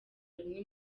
bimwe